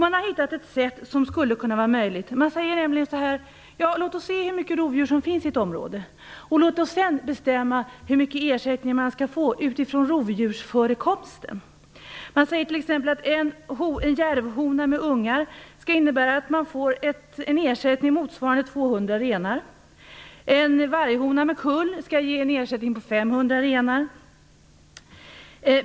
Man har hittat ett sätt som skulle kunna vara möjligt. Man säger nämligen så här: Låt oss se hur mycket rovdjur som finns i ett område, och låt oss sedan bestämma hur stor ersättningen skall vara utifrån rovdjursförekomsten. Man säger t.ex. att en järvhona med ungar skall innebära en ersättning motsvarande 200 renar. En varghona med kull skall ge en ersättning motsvarande 500 renar.